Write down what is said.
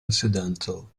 incidental